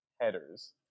headers